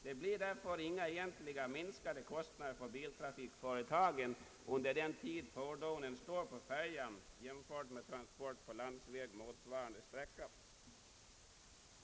Det blir därför egentligen inga minskade kostnader för biltrafikföretagen under den tid fordonen står på färjan jämfört med transport på landsväg motsvarande sträcka.